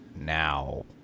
now